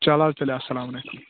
چلو حظ تیٚلہِ اسلامُ علیکُم